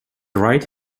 right